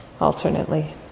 Alternately